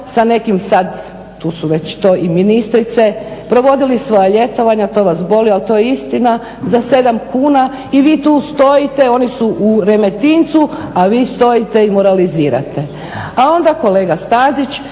sa nekim sad, tu su već to i ministrice, provodili svoja ljetovanja, to vas boli ali to je istina, za 7 kuna i vi tu stojite, oni su u Remetincu a vi stojite i moralizirate. A onda kolega Stazić